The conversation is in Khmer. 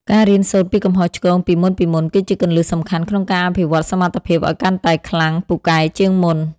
ការរៀនសូត្រពីកំហុសឆ្គងពីមុនៗ គឺជាគន្លឹះសំខាន់ក្នុងការអភិវឌ្ឍសមត្ថភាពឱ្យកាន់តែខ្លាំងពូកែជាងមុន។